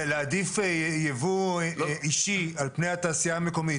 להעדיף יבוא אישי על פני התעשייה המקומית